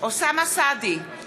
אוסאמה סעדי,